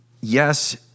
Yes